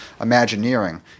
imagineering